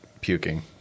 puking